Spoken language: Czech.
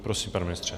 Prosím, pane ministře.